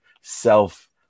self